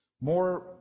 more